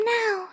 now